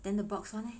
then the box [one] leh